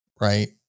right